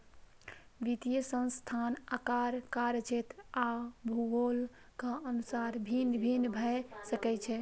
वित्तीय संस्थान आकार, कार्यक्षेत्र आ भूगोलक अनुसार भिन्न भिन्न भए सकै छै